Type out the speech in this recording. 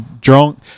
drunk